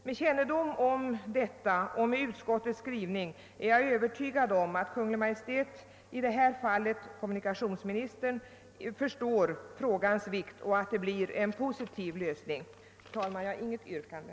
Med kännedom om detta och med hänsyn till utskottets skrivning är jag övertygad om att Kungl. Maj:t — i detta fall kommunikationsministern — förstår frågans vikt och att det blir en positiv lösning. Jag har, herr talman, inte något yrkande.